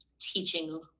teaching